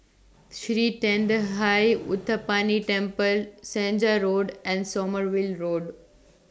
Sri Thendayuthapani Temple Senja Road and Sommerville Road